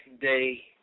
day